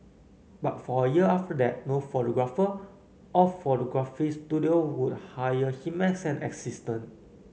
but for a year after that no photographer or photography studio would hire him as an assistant